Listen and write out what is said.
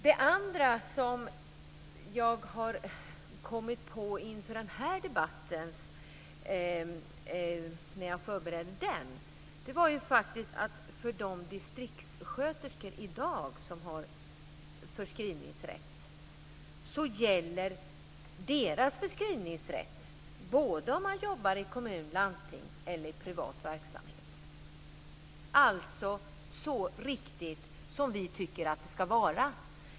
Det andra som jag har kommit fram till när jag har förberett mig inför den här debatten är att förskrivningsrätten för de distriktssköterskor som i dag har sådan rätt gäller både om de jobbar i kommun eller landsting eller om de arbetar i privat verksamhet. Det är så som vi tycker att det ska vara.